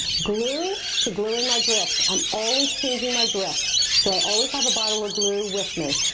glue, to glue in my grips. i'm always changing my grips, so i always have a bottle of glue with me.